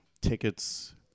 Tickets